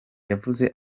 yavuze